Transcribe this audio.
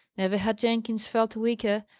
never had jenkins felt weaker,